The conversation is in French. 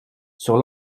sur